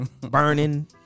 burning